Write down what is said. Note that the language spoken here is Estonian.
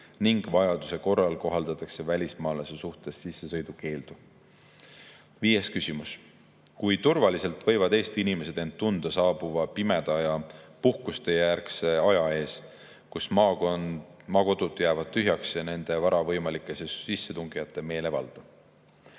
ning vajaduse korral kohaldatakse välismaalase suhtes sissesõidukeeldu. Viies küsimus: kui turvaliselt võivad Eesti inimesed end tunda saabuva pimeda ja puhkustejärgse aja ees, kus maakodud jäävad tühjaks ja nende vara võimalike sissetungijate meelevalda?